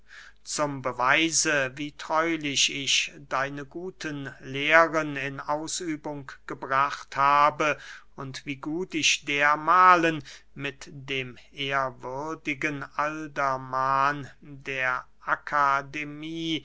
zum beweise wie treulich ich deine guten lehren in ausübung gebracht habe und wie gut ich dermahlen mit dem ehrwürdigen aldermann der akademie